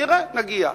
נראה, נגיע.